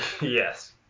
Yes